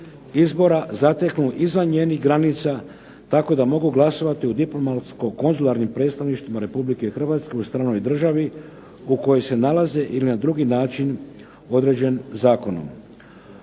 izbora zateknu izvan njenih granica tako da mogu glasovati u diplomatsko konzularnim predstavništvima Republike Hrvatske u stranoj državi u kojoj se nalaze ili na drugi način određen zakonom.